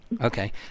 Okay